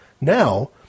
Now